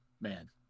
Man